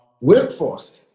workforce